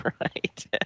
right